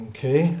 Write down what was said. Okay